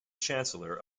chancellor